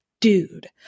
dude